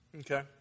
Okay